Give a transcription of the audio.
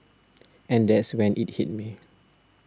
and that's when it hit me